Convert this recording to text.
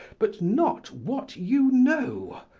but not what you know.